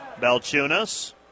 Belchunas